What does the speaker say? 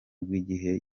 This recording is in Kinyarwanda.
bw’igihe